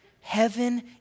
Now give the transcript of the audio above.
Heaven